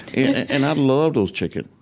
and and i loved those chickens.